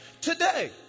Today